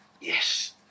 Yes